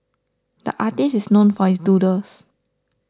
the artist is known for his doodles